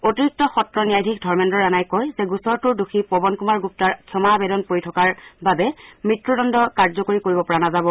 অতিৰিক্ত সত্ৰ ন্যায়াধীশ ধৰ্মেন্দ্ৰ ৰাণাই কয় যে গোচৰটোৰ দোষী পৱন কুমাৰ গুপ্তাৰ ক্ষমা আৱেদন পৰি থকাৰ বাবে মৃত্যুদণ্ড কাৰ্যকৰি কৰিব পৰা নাযাব